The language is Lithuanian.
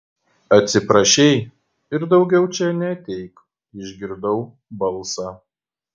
atsiprašei ir daugiau čia neateik išgirdau balsą